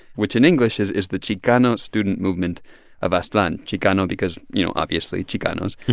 which in english is is the chicano student movement of aztlan chicano because, you know, obviously chicanos.